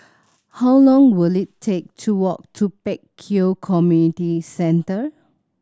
how long will it take to walk to Pek Kio Community Centre